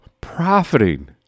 profiting